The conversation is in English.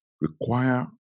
require